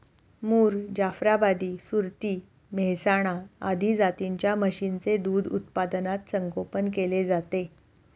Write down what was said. मुर, जाफराबादी, सुरती, मेहसाणा आदी जातींच्या म्हशींचे दूध उत्पादनात संगोपन केले जाते